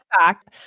fact